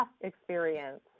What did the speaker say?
experience